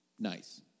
Nice